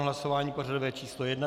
Hlasování pořadové číslo 1.